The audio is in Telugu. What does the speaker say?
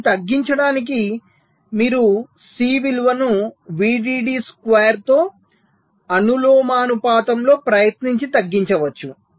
దీన్ని తగ్గించడానికి మీరు C విలువను VDD స్క్వేర్ తో అనులోమానుపాతంలో ప్రయత్నించి తగ్గించవచ్చు